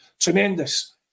Tremendous